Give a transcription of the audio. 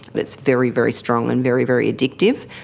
but it's very, very strong and very, very addictive,